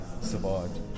survived